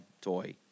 toy